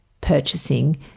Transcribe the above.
purchasing